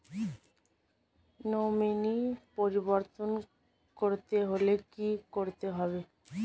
Nominee পরিবর্তন করতে হলে কী করতে হবে?